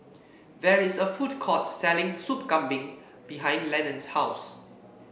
there is a food court selling Soup Kambing behind Lenon's house